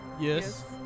yes